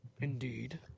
Indeed